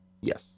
Yes